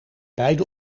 beide